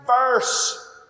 verse